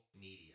media